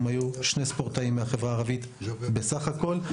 היו שני ספורטאים מהחברה הערבית בסך הכל.